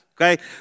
okay